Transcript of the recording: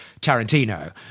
Tarantino